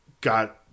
got